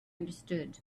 understood